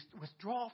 withdraw